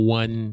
one